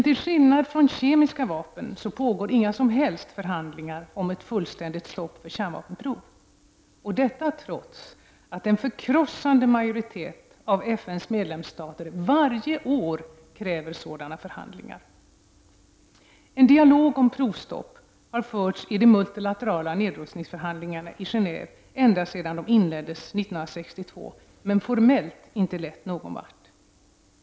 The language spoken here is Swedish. Till skillnad från kemiska vapen, pågår inga som helst förhandlingar om ett fullständigt stopp för kärnvapenprov — detta trots att en förkrossande majoritet av FN:s medlemsstater varje år kräver sådana förhandlingar. En dialog om provstopp har förts i de multilaterala nedrustningsförhandlingarna i Genéve ända sedan de inleddes 1962 men har formellt inte lett någon vart.